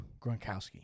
Gronkowski